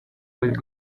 with